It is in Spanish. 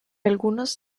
algunos